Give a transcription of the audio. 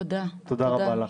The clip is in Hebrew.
תודה רבה.